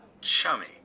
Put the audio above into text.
Chummy